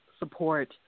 Support